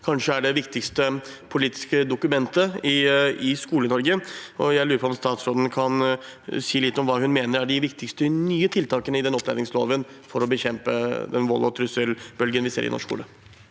kanskje er det viktigste politiske dokumentet i Skole-Norge. Jeg lurer på om statsråden kan si litt om hva hun mener er de viktigste nye tiltakene i den opplæringsloven for å bekjempe vold- og trusselbølgen vi ser i norsk skole?